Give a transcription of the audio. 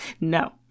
No